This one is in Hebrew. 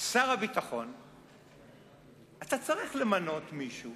שר הביטחון אתה צריך למנות מישהו